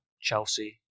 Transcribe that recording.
Chelsea